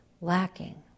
lacking